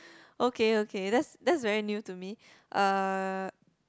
okay okay that's that's very new to me uh